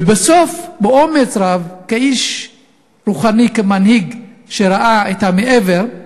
ובסוף, באומץ רב, כאיש רוחני, כמנהיג שראה מעבר,